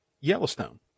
Yellowstone